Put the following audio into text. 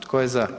Tko je za?